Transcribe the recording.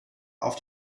auf